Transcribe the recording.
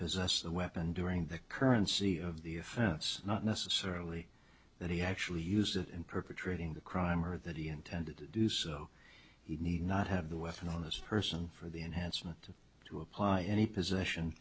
possessed the weapon during the currency of the offense not necessarily that he actually used it in perpetrating the crime or that he intended to do so he need not have the weapon on this person for the enhancement to apply any position